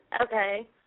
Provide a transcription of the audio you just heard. Okay